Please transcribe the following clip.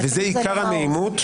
וזה עיקר הנעימות,